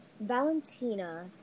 Valentina